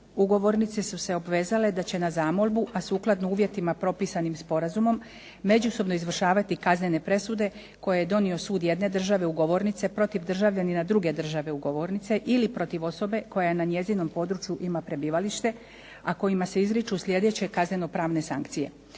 ugovornice su se obvezale da će na zamolbu, a sukladno uvjetima propisanim sporazumom međusobno izvršavati kaznene presude koje je donio sud jedne države ugovornice protiv državljanina druge države ugovornice ili protiv osobe koja na njezinom području ima prebivalište, a kojim se izriču sljedeće kazneno-pravne sankcije